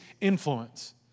influence